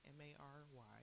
M-A-R-Y